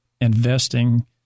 investing